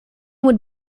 would